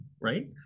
right